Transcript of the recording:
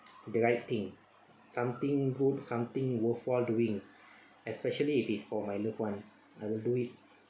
the right thing something good something worthwhile doing especially if it's for my loved ones I will do it